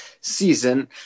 season